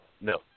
No